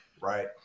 right